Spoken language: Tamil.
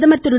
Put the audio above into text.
பிரதமா் திரு